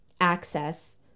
access